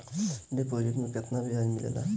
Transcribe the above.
Deposit मे केतना बयाज मिलेला?